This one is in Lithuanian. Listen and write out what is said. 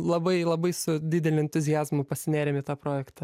labai labai su dideliu entuziazmu pasinėrėm į tą projektą